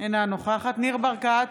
אינה נוכחת ניר ברקת,